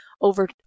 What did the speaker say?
over